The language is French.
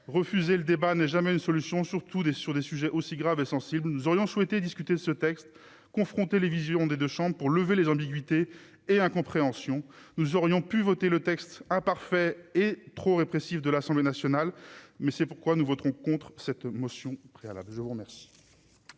refuser le débat n'est jamais une solution surtout des sur des sujets aussi graves et sensibles où nous aurions souhaité discuter ce texte confronter les visions des 2 chambres pour lever les ambiguïtés et incompréhension, nous aurions pu voter le texte imparfait, et trop répressive de l'Assemblée nationale mais c'est pourquoi nous voterons contre cette motion préalable, je vous remercie.